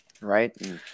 right